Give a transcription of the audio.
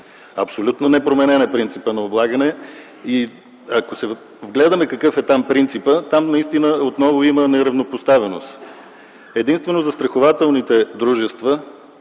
Абсолютно непроменен е принципът на облагане. Ако се вгледаме какъв е там принципът, там наистина отново има неравнопоставеност. Единствено застрахователните дружества